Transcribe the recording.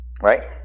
right